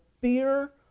fear